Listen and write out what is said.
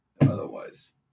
otherwise